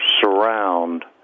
surround